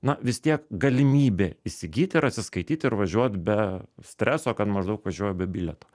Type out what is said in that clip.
na vis tiek galimybė įsigyti ir atsiskaityti ir važiuot be streso kad maždaug važiuoji be bilieto